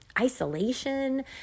isolation